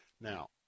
Now